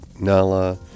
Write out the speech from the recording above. Nala